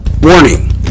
warning